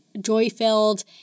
joy-filled